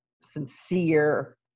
sincere